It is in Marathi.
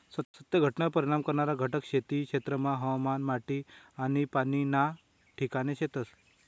सत्य घटनावर परिणाम करणारा घटक खेती क्षेत्रमा हवामान, माटी आनी पाणी ना ठिकाणे शेतस